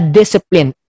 discipline